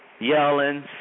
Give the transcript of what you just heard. Yelling